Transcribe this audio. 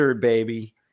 baby